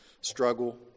struggle